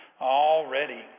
already